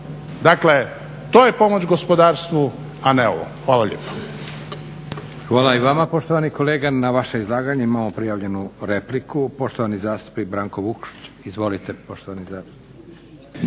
Dakle, to je pomoć gospodarstvu a ne ovo. Hvala lijepo.